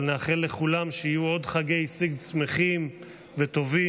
אבל נאחל לכולם שיהיו עוד חגי סיגד שמחים וטובים,